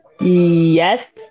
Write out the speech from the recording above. Yes